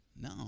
No